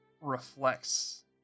reflects